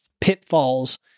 pitfalls